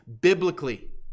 biblically